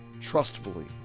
trustfully